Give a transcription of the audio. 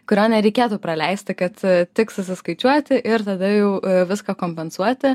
kurio nereikėtų praleisti kad tik susiskaičiuoti ir tada jau viską kompensuoti